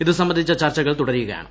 ഇതു സംബന്ധിച്ചു ചർച്ചകൾ തുടരുകയാണ്